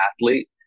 athlete